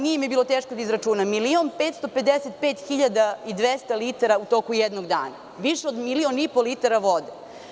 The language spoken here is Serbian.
Nije mi bilo teško da izračunam, to je 1.555.200 litara u toku jednog dana, više od 1,5 miliona litara vode.